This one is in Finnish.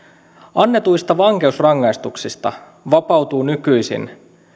annetuista vankeusrangaistuksista vapautuu nykyisin